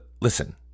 Listen